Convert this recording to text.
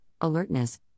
alertness